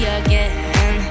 again